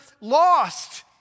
lost